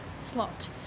slot